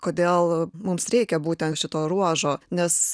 kodėl mums reikia būtent šito ruožo nes